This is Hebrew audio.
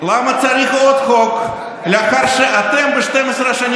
למה צריך עוד חוק לאחר שאתם ב-12 השנים